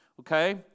Okay